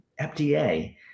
FDA